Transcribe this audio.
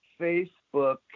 facebook